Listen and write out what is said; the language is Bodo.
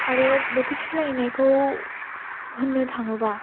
आरो बोथोर सोलायनायखौ होननो थाङोब्ला